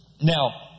Now